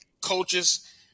coaches